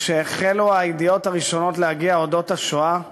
כשהחלו הידיעות הראשונות על השואה להגיע,